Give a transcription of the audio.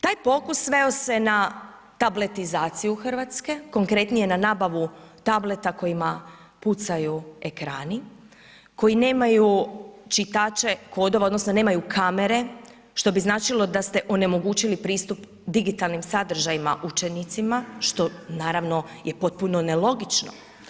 Taj pokus sveo se na tabletizaciju Hrvatske, konkretnije na nabavu tableta kojemu pucaju ekrani, koji nemaju čitaće kodova, odnosno nemaju kamere, što bi značilo da ste onemogućili pristup digitalnim sadržajima učenicima, što naravno je potpuno nelogično.